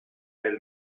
elle